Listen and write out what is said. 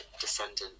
descendant